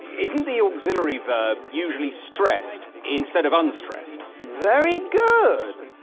isn't the auxiliary verb usually stressed instead of unstressed? very good!